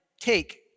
take